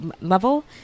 level